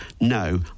no